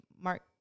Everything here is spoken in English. Mark